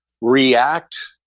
react